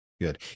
Good